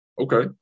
Okay